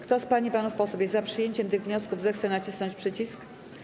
Kto z pań i panów posłów jest za przyjęciem tych wniosków, zechce nacisnąć przycisk.